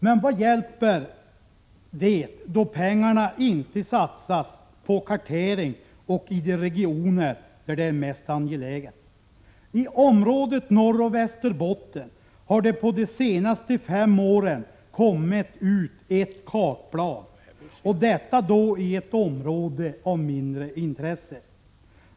Men vad hjälper det då pengarna inte satsas på kartering och i de regioner där det är mest angeläget? I området Norroch Västerbotten har det under de senaste fem åren kommit ut ett kartblad och detta i ett område av mindre intresse.